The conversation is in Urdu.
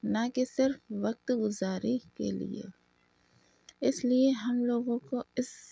نہ کہ صرف وقت گزاری کے لیے اس لیے ہم لوگوں کو اس